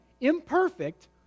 imperfect